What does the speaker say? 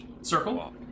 Circle